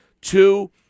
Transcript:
two